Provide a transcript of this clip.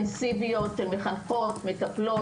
אינטנסיביות של מחנכות ומטפלות,